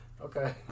Okay